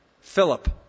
Philip